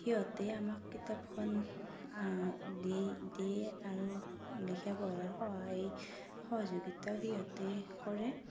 সিহঁতেই আমাক কিতাপখন দি দিয়ে আৰু লিখা পঢ়াৰ সহায় সহযোগিতাও সিহঁতেই কৰে